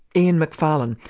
ian mcfarlane,